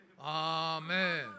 Amen